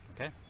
okay